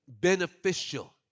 beneficial